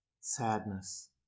sadness